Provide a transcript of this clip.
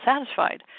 satisfied